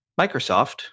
Microsoft